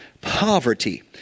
poverty